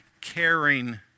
caring